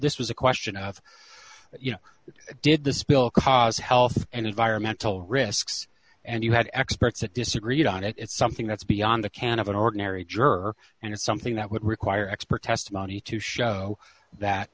this was a question of you know did the spill cause health and environmental risks and you had experts that disagreed on it it's something that's beyond the can of an ordinary juror and it's something that would require expert testimony to show that